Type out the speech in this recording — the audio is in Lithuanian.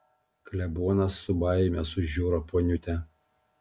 klebonas su baime sužiuro poniutę